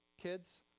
kids